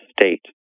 state